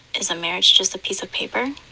is a marriage just a piece of paper?